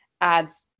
adds